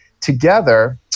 together